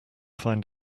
find